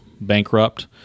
bankrupt